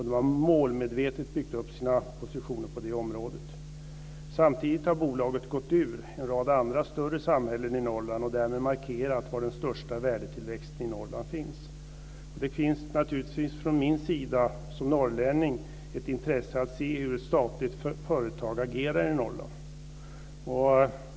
De har målmedvetet byggt upp sina positioner på det området. Samtidigt har bolaget gått ur en rad andra större samhällen i Norrland och därmed markerat var den största värdetillväxten i Norrland finns. Det finns naturligtvis från min sida som norrlänning ett intresse att se hur ett statligt företag agerar i Norrland.